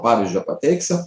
pavyzdžio pateiksiu